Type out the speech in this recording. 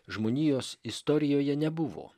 žmonijos istorijoje nebuvo